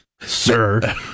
Sir